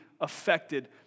affected